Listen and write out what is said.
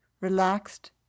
Relaxed